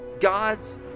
God's